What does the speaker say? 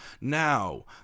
Now